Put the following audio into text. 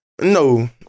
No